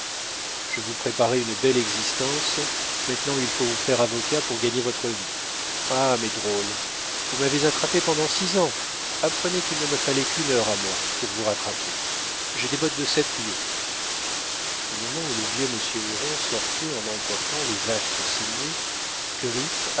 je vous préparais une belle existence maintenant il faut vous faire avocat pour gagner votre vie ah mes drôles vous m'avez attrapé pendant six ans apprenez qu'il ne me fallait qu'une heure à moi pour vous rattraper j'ai des bottes de sept lieues au moment où le vieux monsieur héron sortait en emportant les actes signés